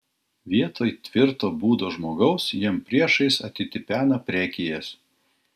vietoj tvirto būdo žmogaus jam priešais atitipena prekijas